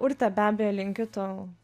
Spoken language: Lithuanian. urte be abejo linkiu tau